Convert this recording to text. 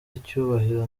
icyubahiro